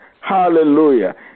Hallelujah